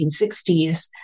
1960s